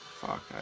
fuck